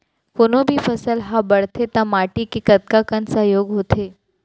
कोनो भी फसल हा बड़थे ता माटी के कतका कन सहयोग होथे?